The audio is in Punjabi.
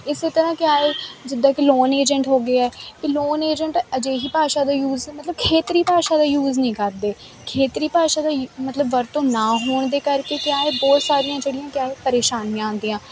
ਇਸੇ ਤਰ੍ਹਾਂ ਕਿਆ ਹੈ ਜਿੱਦਾਂ ਕਿ ਲੋਨ ਏਜੰਟ ਹੋ ਗਏ ਆ ਲੋਨ ਏਜੰਟ ਅਜਿਹੀ ਭਾਸ਼ਾ ਦਾ ਯੂਜ ਮਤਲਬ ਖੇਤਰੀ ਭਾਸ਼ਾ ਦਾ ਯੂਜ ਨਹੀਂ ਕਰਦੇ ਖੇਤਰੀ ਭਾਸ਼ਾ ਦਾ ਯੂ ਮਤਲਬ ਵਰਤੋਂ ਨਾ ਹੋਣ ਦੇ ਕਰਕੇ ਕਿਆ ਏ ਬਹੁਤ ਸਾਰੀਆਂ ਜਿਹੜੀਆਂ ਕਿਆ ਏ ਪਰੇਸ਼ਾਨੀਆਂ ਆਉਂਦੀਆਂ